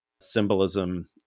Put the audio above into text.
symbolism